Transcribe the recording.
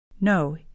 No